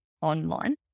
online